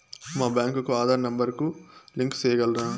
మా బ్యాంకు కు ఆధార్ నెంబర్ కు లింకు సేయగలరా?